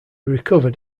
recovered